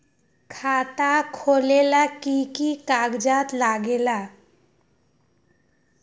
खाता खोलेला कि कि कागज़ात लगेला?